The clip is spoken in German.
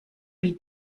wie